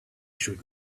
should